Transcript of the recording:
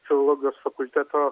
filologijos fakulteto